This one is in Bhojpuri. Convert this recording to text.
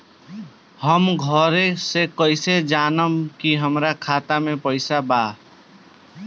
हम घरे से कैसे जानम की हमरा खाता मे केतना पैसा बा?